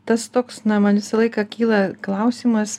tas toks na man visą laiką kyla klausimas